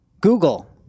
Google